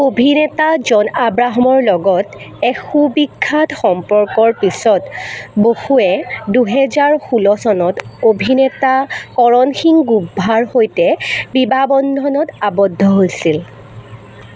অভিনেতা জন আব্ৰাহামৰ লগত এক সুবিখ্যাত সম্পৰ্কৰ পিছত বসুৱে দুহেজাৰ ষোল্ল চনত চনত অভিনেতা কৰণ সিং গ্ৰোভাৰৰ সৈতে বিবাহ বন্ধনত আবদ্ধ হৈছিল